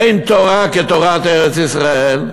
אין תורה כתורת ארץ-ישראל.